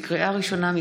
לקריאה ראשונה,